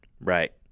Right